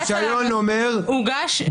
הרישיון אומר בודדים.